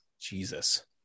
Jesus